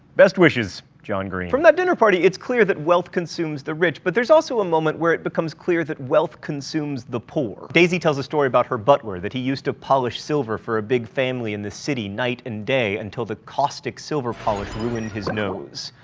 best wishes, john green from that dinner party, it's clear that wealth consumes the rich, but there's also a moment where it becomes clear that wealth consumes the poor. daisy tells a story about her butler, that he used to polish silver for a big family in the city night and day until the caustic silver polish ruined his nose.